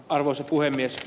arvoisa puhemies